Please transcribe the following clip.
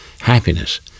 happiness